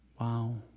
Wow